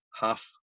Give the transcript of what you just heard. half